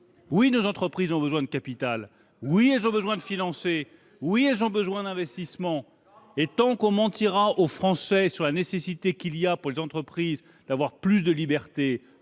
Oui, nos entreprises ont besoin de capitaux. Oui, elles ont besoin de financer. Oui, elles ont besoin d'investissements. Mais tant que l'on mentira aux Français sur la nécessité pour les entreprises d'avoir plus de liberté,